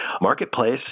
marketplace